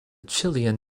chilean